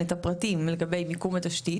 את הפרטים לגבי מיקום התשתית,